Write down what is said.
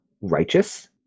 righteous